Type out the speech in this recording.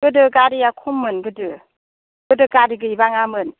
गोदो गारिया खममोन गोदो गोदो गारि गैबाङामोन